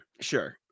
Sure